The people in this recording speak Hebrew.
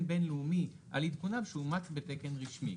בין-לאומי על עדכונם שאומץ בתקן רשמי,